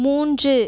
மூன்று